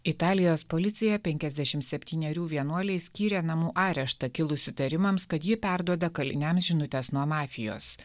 italijos policija penkiasdešim septynerių vienuolei skyrė namų areštą kilus įtarimams kad ji perduoda kaliniams žinutes nuo mafijos